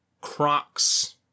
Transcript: Crocs